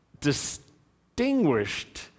Distinguished